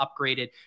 upgraded